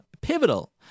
Pivotal